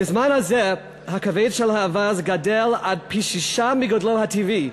בזמן הזה הכבד של האווז גדל עד פי-שישה מגודלו הטבעי,